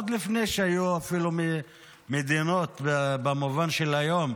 עוד לפני שהיו אפילו מדינות במובן של היום,